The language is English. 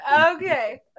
okay